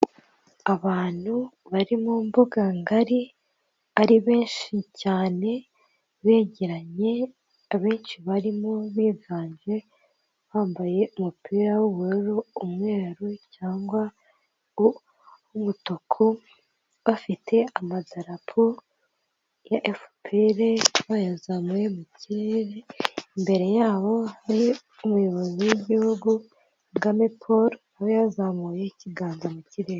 Abantu bari mu mbuga ngari ari benshi cyane begeranye abenshi barimo bivanze bambaye umupira w'ubururu, umweru cyangwa umutuku, bafite amadarapo ya FPR bayazamuye mu kirere, imbere yabo hari umuyobozi w'Igihugu KAGAME Paul nawe yazamuye ikiganza mu kirere.